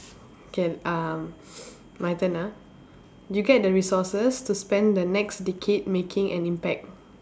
can uh my turn ah you get the resources to spend the next decade making an impact